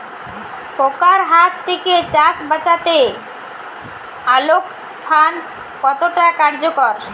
পোকার হাত থেকে চাষ বাচাতে আলোক ফাঁদ কতটা কার্যকর?